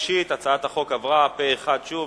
הצעת החוק עברה בקריאה שלישית פה אחד.